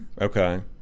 Okay